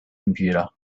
computer